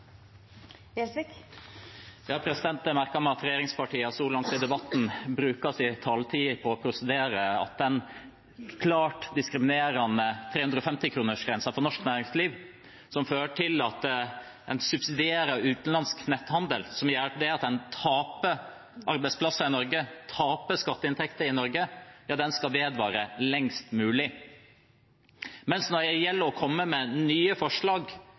Jeg har merket meg at regjeringspartiene så langt i debatten har brukt sin taletid på å prosedere at den klart diskriminerende 350-kronersgrensen for norsk næringsliv, som fører til at en subsidierer utenlandsk netthandel, og som gjør at en taper arbeidsplasser og skatteinntekter i Norge, skal vedvare lengst mulig, mens når det gjelder å komme med nye forslag,